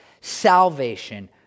salvation